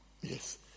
yes